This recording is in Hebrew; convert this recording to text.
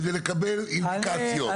כדי לקבל אינדיקציות,